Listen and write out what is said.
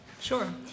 Sure